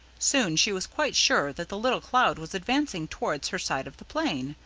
soon she was quite sure that the little cloud was advancing towards her side of the plain,